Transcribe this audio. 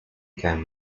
again